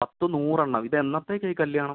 പത്ത് നൂറ് എണ്ണം ഇത് എന്നത്തേക്കാണ് ഈ കല്ല്യാണം